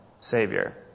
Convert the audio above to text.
Savior